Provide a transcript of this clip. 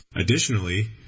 Additionally